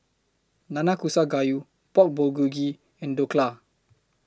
Nanakusa Gayu Pork Bulgogi and Dhokla